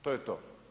To je to.